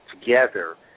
together